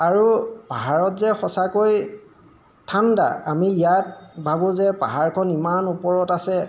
আৰু পাহাৰত যে সঁচাকৈ ঠাণ্ডা আমি ইয়াত ভাবোঁ যে পাহাৰখন ইমান ওপৰত আছে